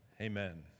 Amen